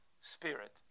spirit